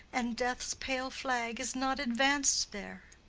and death's pale flag is not advanced there.